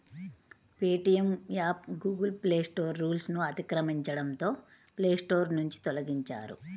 Paytm app Google Play Store రూల్స్ను అతిక్రమించడంతో Play Store నుంచి తొలగించారు